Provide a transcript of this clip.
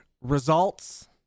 Results